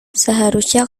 seharusnya